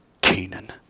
Canaan